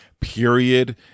period